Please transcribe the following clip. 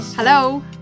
Hello